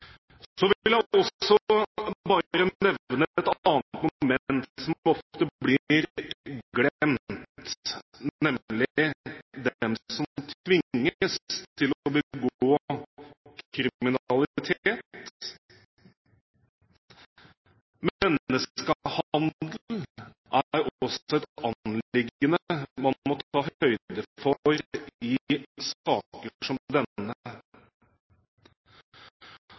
Så vil jeg også bare nevne et annet moment som ofte blir glemt, nemlig de som tvinges til å begå kriminalitet. Menneskehandel er også et anliggende man må ta høyde for i saker som denne.